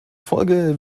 folge